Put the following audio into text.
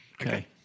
Okay